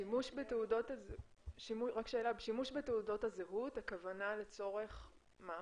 שימוש בתעודות הזהות, הכוונה לצורך מה?